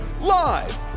live